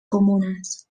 comunes